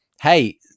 hey